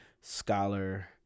scholar